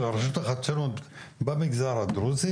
פעילות של הרשות לחדשנות במגזר הדרוזי